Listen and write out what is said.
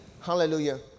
hallelujah